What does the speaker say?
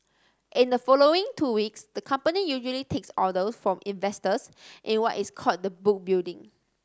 in the following two weeks the company usually takes orders from investors in what is called the book building